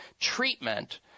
treatment